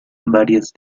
varias